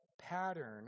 pattern